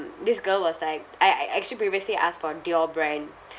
this girl was like I I actually previously asked for Dior brand